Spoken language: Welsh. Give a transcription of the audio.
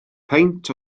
peint